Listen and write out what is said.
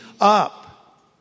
up